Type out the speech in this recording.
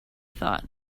thought